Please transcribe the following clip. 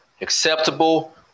acceptable